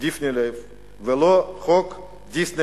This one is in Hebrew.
דפני ליף ולא חוק דיסנילנד,